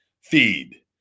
Feed